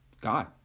God